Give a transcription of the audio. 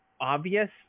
obvious